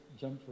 jump